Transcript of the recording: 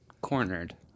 cornered